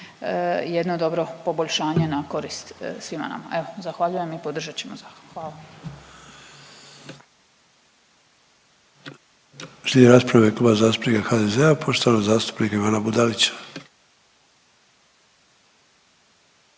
jedno dobro poboljšanje na korist svima nama. Zahvaljujem i podržat ćemo zakon.